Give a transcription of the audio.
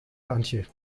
antje